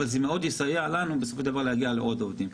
אבל זה מאוד יסייע לנו בסופו של דבר להגיע לעוד עובדים.